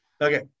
Okay